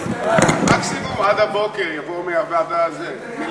מקסימום עד הבוקר יבואו מ"להב